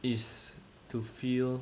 is to feel